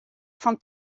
fan